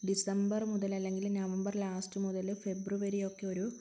December മുതല് അല്ലെങ്കില് November last മുതല് ഫെബ്രുവരി വരെയൊക്കെ ഒരു